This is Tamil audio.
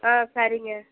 ஆ சரிங்க